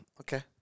Okay